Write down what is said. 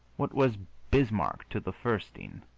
what was bismarck to the furstin,